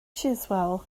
chiswell